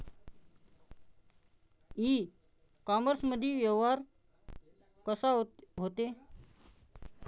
इ कामर्समंदी व्यवहार कसा होते?